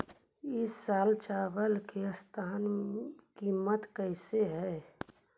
ई साल चावल के औसतन कीमत कैसे हई?